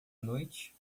noite